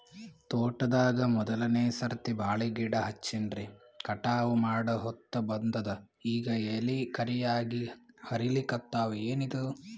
ತೋಟದಾಗ ಮೋದಲನೆ ಸರ್ತಿ ಬಾಳಿ ಗಿಡ ಹಚ್ಚಿನ್ರಿ, ಕಟಾವ ಮಾಡಹೊತ್ತ ಬಂದದ ಈಗ ಎಲಿ ಕರಿಯಾಗಿ ಹರಿಲಿಕತ್ತಾವ, ಏನಿದು?